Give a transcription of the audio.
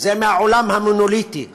זה עולם מונוליטי.